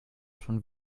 schon